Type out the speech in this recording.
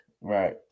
Right